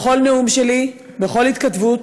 בכל נאום שלי, בכל התכתבות,